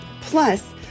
plus